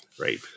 right